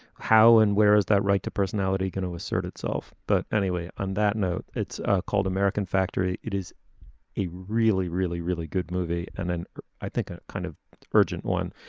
how and where is that right personality going to assert itself. but anyway on that note it's ah called american factory. it is a really really really good movie. and then i think a kind of urgent one.